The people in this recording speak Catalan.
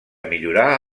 millorar